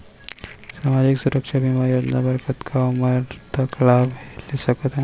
सामाजिक सुरक्षा बीमा योजना बर कतका उमर तक लाभ ले सकथन?